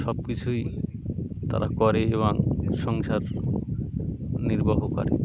সব কিছুই তারা করে এবং সংসার নির্বাহ করে